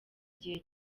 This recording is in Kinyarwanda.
gihe